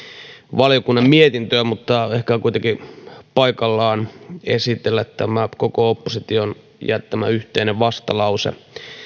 valiokunnan mietintöä mutta ehkä on kuitenkin paikallaan esitellä tämä koko opposition jättämä yhteinen vastalause